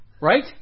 right